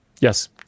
Yes